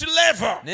level